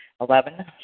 Eleven